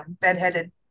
bedheaded